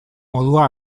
modua